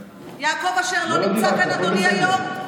יעקב אשר לא נמצא כאן, אדוני היו"ר?